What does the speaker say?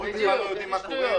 ההורים בכלל לא יודעים מה קורה.